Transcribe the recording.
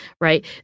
right